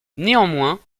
néanmoins